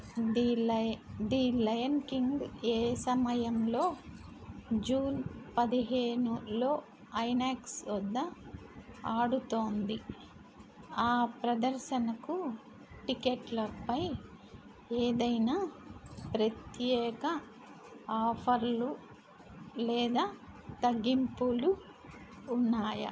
the లయ the Lion King ఏ సమయంలో జూన్ పదిహేనులో ఐనాక్స్ వద్ద ఆడుతోంది ఆ ప్రదర్శనకు టిక్కెట్లపై ఏదైనా ప్రత్యేక ఆఫర్లు లేదా తగ్గింపులు ఉన్నాయా